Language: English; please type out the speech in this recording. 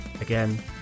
Again